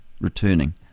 returning